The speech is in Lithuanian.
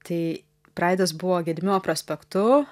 tai praidas buvo gedimino prospektu